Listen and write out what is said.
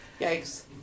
Yikes